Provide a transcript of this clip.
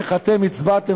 איך אתם הצבעתם,